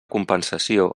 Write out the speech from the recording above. compensació